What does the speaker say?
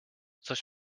coś